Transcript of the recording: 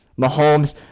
Mahomes